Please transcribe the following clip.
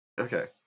Okay